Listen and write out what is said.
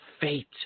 fate